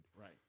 Right